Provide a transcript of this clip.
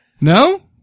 No